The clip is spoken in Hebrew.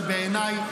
אבל בעיניי,